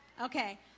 Okay